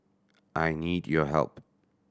I need your help